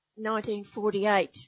1948